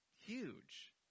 huge